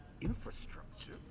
infrastructure